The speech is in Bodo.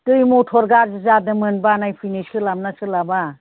दै मटर गाज्रि जादोंमोन बानायफैनो सोलाब ना सोलाबा